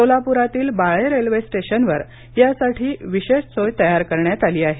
सोलापूरातील बाळे रेल्वे स्टेशनवर यासाठी विशेष सोय तयार करण्यात आली आहे